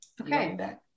Okay